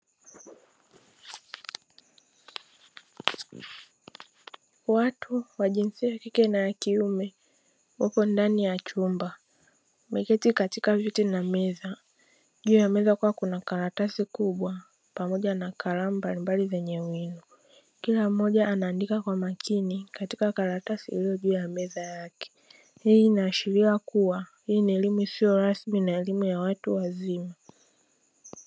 Watu wa jinsia ya kike na ya kiume wapo ndani ya chumba wameketi katika viti na meza. Juu ya meza kukiwa kuna karatasi kubwa pamoja na kalamu mbalimbali zenye wino. kila mmoja anaandika kwa makini katika karatasi iliyo juu ya meza yake. Hii inaashiria kuwa hii ni elimu isiyo rasmi na elimu ya watu wazima.